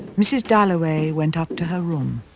mrs. dalloway went up to her room.